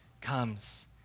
comes